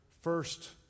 first